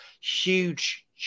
huge